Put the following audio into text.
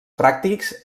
pràctics